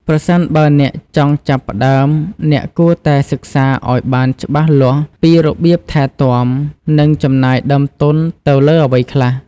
ប្រសិនបើអ្នកចង់ចាប់ផ្តើម អ្នកគួរតែសិក្សាឲ្យបានច្បាស់លាស់ពីរបៀបថែទាំ និងចំណាយដើមទុនទៅលើអ្វីខ្លះ។